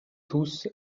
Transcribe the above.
tous